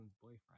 boyfriend